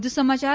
વધુ સમાચાર